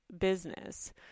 business